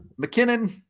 McKinnon